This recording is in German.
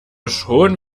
schon